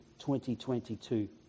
2022